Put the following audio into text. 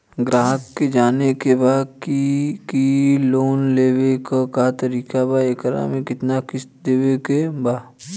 ग्राहक के जाने के बा की की लोन लेवे क का तरीका बा एकरा में कितना किस्त देवे के बा?